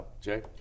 Jay